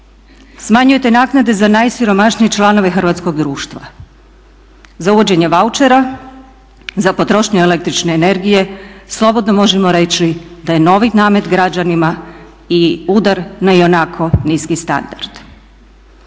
Smanjujete naknade za najsiromašnije članove hrvatskog društva, za uvođenje vaučera, za potrošnju električne energije, slobodno možemo reći da je novi namet građanima i udar na ionako niski standard.